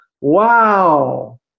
wow